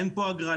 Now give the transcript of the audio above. אין פה הגרלות.